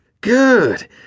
Good